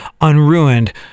unruined